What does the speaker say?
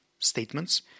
Statements